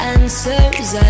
Answers